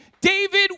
David